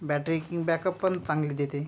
battery backup पण चांगली देते